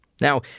Now